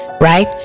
right